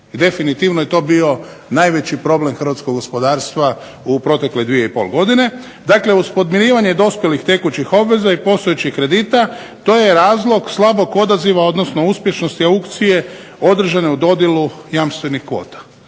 definitivno je to bio najveći problem hrvatskog gospodarstva u protekle 2,5 godine. Dakle, uz podmirivanje dospjelih tekućih obveza i postojećih kredita to je razlog slabog odaziva odnosno uspješnost aukcije održane u dodjelu jamstvenih kvota.